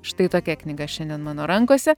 štai tokia knyga šiandien mano rankose